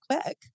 quick